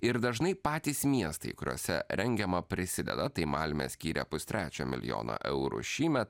ir dažnai patys miestai kuriuose rengiama prisideda tai malmė skyrė pustrečio milijono eurų šįmet